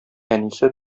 әнисе